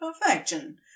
perfection